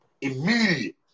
Immediate